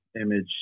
image